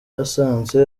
yasanze